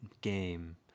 Game